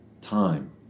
time